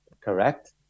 Correct